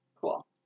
Cool